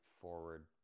forward